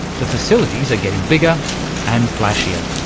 the facilities are getting bigger and flashier.